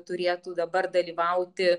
turėtų dabar dalyvauti